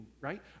right